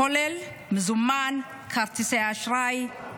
כולל מזומן, כרטיסי אשראי,